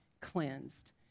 cleansed